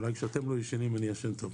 אולי כשאתם לא ישנים אני ישן טוב.